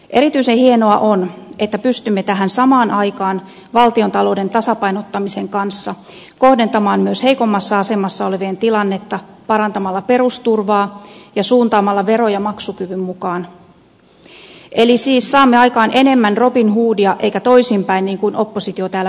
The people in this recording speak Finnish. erityisen hienoa on että pystymme tähän samaan aikaan valtiontalouden tasapainottamisen kanssa kohentamaan myös heikommassa asemassa olevien tilannetta parantamalla perusturvaa ja suuntaamalla veroja maksukyvyn mukaan eli siis saamme aikaan enemmän robinhoodia eikä toisinpäin niin kuin oppositio täällä väittää